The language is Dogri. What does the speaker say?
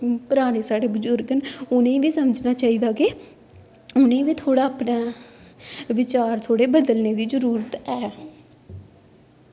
पराने साढ़े बजुर्ग न उ'नेंगी बी समझना चाहिदा के उ'नेंगी बी थोह्ड़ा अपना बिचार थोह्ड़े बदलने दी जरूरत ऐ